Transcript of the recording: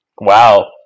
Wow